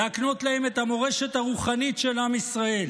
להקנות להם את המורשת הרוחנית של עם ישראל,